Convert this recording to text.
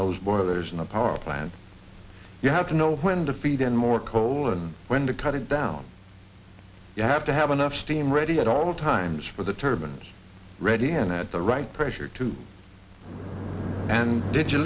those boilers in a power plant you have to know when to feed and more coal and when to cut it down you have to have enough steam ready at all times for the turbans ready and at the right pressure to and did you